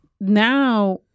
now